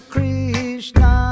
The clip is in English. Krishna